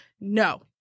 no